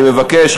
אני מבקש.